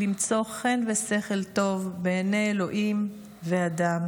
"למצוא חן ושכל טוב בעיני אלוקים ואדם"